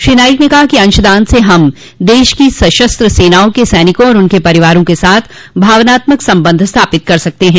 श्री नाईक ने कहा कि अंशदान स हम देश की सशस्त्र सेनाओं क सैनिकों और उनके परिवारों के साथ भावनात्मक संबंध स्थापित कर सकते हैं